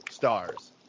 stars